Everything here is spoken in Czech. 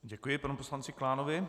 Děkuji panu poslanci Klánovi.